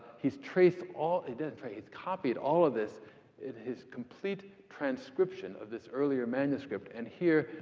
he's traced all he didn't trace he's copied all of this in his complete transcription of this earlier manuscript. and here,